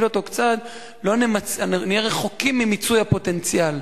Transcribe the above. אותו קצת נהיה רחוקים ממיצוי הפוטנציאל.